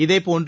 இதேபோன்று